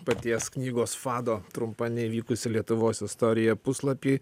paties knygos fado trumpa neįvykusi lietuvos istorija puslapį